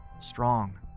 strong